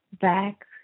back